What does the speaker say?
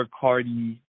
Cardi